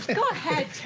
go ahead.